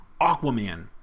Aquaman